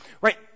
right